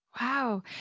Wow